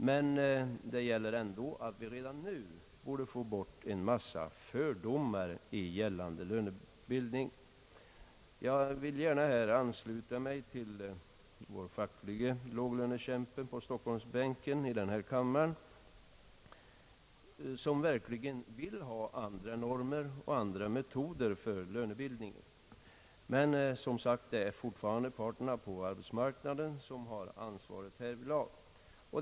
Men det gäller ändå att vi redan nu bör få bort en massa fördomar i gällande lönebildning. Jag ansluter mig gärna här till vår facklige låglönekämpe på stockholmsbänken i denna kammare, som verkligen vill ha andra normer och metoder för lönebildningen. Men som sagt, det är fortfarande parterna på arbetsmarknaden som har ansvaret härvidlag.